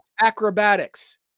acrobatics